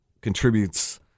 contributes